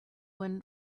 when